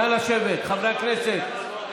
נא לשבת, חברי כנסת.